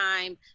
time